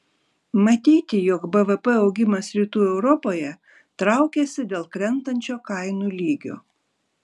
matyti jog bvp augimas rytų europoje traukiasi dėl krentančio kainų lygio